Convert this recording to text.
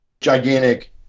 gigantic